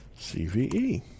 CVE